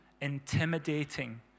intimidating